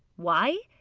why?